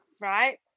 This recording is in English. right